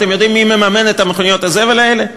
אתם יודעים מי מממן את מכוניות הזבל האלה?